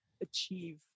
achieve